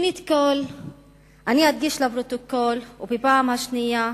שנית, אני אדגיש לפרוטוקול, ובפעם השנייה,